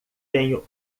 tenho